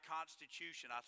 Constitution